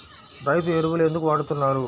రైతు ఎరువులు ఎందుకు వాడుతున్నారు?